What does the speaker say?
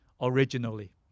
originally